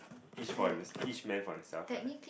each for each man for himself right